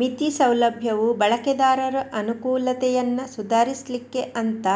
ಮಿತಿ ಸೌಲಭ್ಯವು ಬಳಕೆದಾರರ ಅನುಕೂಲತೆಯನ್ನ ಸುಧಾರಿಸ್ಲಿಕ್ಕೆ ಅಂತ